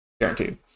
Guaranteed